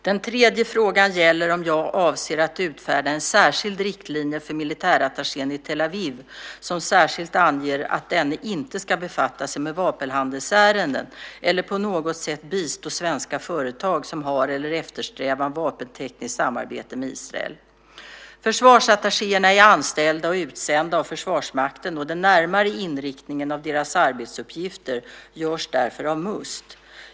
Den tredje frågan gäller om jag avser att utfärda en särskild riktlinje för militärattachén i Tel Aviv som särskilt anger att denne inte ska befatta sig med vapenhandelsärenden eller på något sätt bistå svenska företag som har eller eftersträvar vapentekniskt samarbete med Israel. Försvarsattachéerna är anställda och utsända av Försvarsmakten, och den närmare inriktningen av deras arbetsuppgifter görs därför av Must.